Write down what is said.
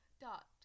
dot